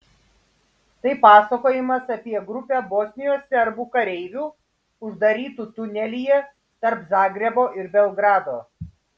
tai pasakojimas apie grupę bosnijos serbų kareivių uždarytų tunelyje tarp zagrebo ir belgrado